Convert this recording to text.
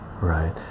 right